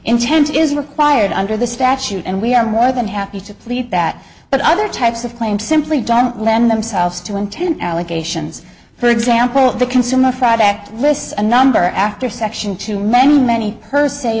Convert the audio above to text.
intent is required under the statute and we are more than happy to plead that but other types of claims simply don't lend themselves to intent allegations for example the consumer fraud act lists and number after section too many many her s